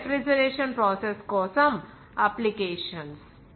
ఇవి refrigeration process కోసం applications